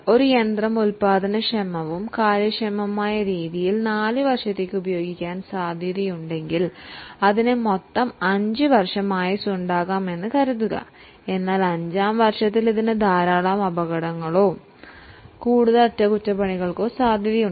ഒരു യന്ത്രം ഉൽപാദനക്ഷമവും കാര്യക്ഷമവുമായ രീതിയിൽ 4 വർഷത്തേക്ക് ഉപയോഗിക്കാൻ സാധ്യതയുണ്ടെങ്കിൽ അതിന് മൊത്തം 5 വർഷം ആയുസ്സുണ്ടാകാം പക്ഷേ അഞ്ചാം വർഷത്തിൽ ധാരാളം അപകടങ്ങൾക്കോ കൂടുതൽ അറ്റകുറ്റപ്പണികൾക്കോ സാധ്യതയുണ്ട്